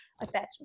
attachment